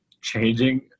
changing